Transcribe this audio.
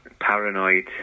paranoid